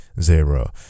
zero